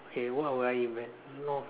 okay what would I invent a lot of things ah